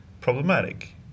problematic